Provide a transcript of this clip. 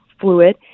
fluid